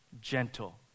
gentle